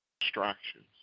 distractions